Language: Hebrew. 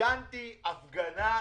ארגנתי הפגנה,